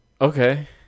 Okay